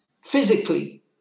physically